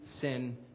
sin